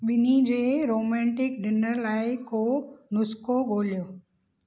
ॿिनि जे romantic dinner लाइ को नुस्ख़ो ॻोल्हियो